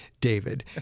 David